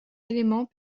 éléments